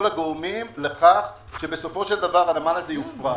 הגורמים לכך שבסופו של דבר הנמל הזה יופרט.